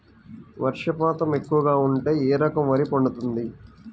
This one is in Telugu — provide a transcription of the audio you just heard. వర్షపాతం ఎక్కువగా ఉంటే ఏ రకం వరి పండుతుంది?